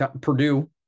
Purdue